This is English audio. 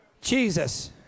Jesus